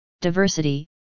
diversity